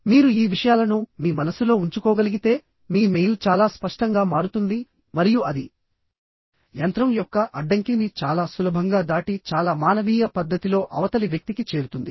మీరు ఈ విషయాలను మీ మనస్సులో ఉంచుకోగలిగితే మీ మెయిల్ చాలా స్పష్టంగా మారుతుంది మరియు అది యంత్రం యొక్క అడ్డంకిని చాలా సులభంగా దాటి చాలా మానవీయ పద్ధతిలో అవతలి వ్యక్తికి చేరుతుంది